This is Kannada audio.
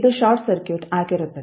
ಇದು ಶಾರ್ಟ್ ಸರ್ಕ್ಯೂಟ್ ಆಗಿರುತ್ತದೆ